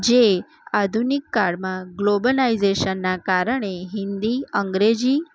જે આધુનિક કાળમાં ગ્લોબલાઇઝેશનના કારણે હિન્દી અંગ્રેજી